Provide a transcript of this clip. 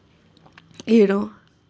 you know